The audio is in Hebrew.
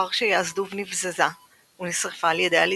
לאחר שיאזדוב נבזזה ונשרפה על ידי הליטאים,